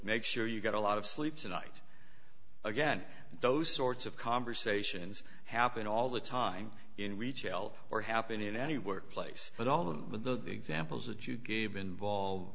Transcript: make sure you get a lot of sleep tonight again those sorts of conversations happen all the time in retail or happen in any workplace but all of the examples that you gave involve